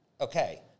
Okay